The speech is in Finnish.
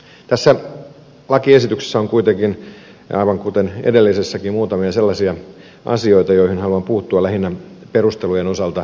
tässä lakiesityksessä on kuitenkin aivan kuten edellisessäkin muutamia sellaisia asioita joihin haluan puuttua lähinnä perustelujen osalta